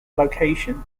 location